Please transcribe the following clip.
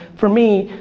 for me,